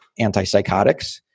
antipsychotics